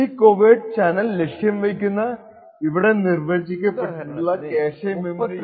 ഈ covert channel ലക്ഷ്യം വയ്ക്കുന്ന ഇവിടെ നിർവചിക്കപെട്ടിട്ടുള്ള ക്യാഷെ മെമ്മറിയെങ്കിലും നോക്കാം